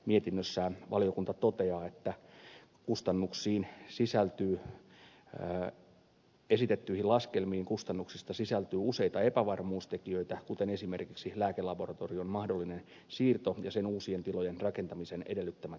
mietinnössään valiokunta toteaa että esitettyihin laskelmiin kustannuksista sisältyy useita epävarmuustekijöitä kuten esimerkiksi lääkelaboratorion mahdollinen siirto ja sen uusien tilojen rakentamisen edellyttämät kustannukset